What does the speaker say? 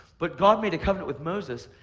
but god made a covenant with moses,